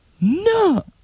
no